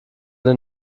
den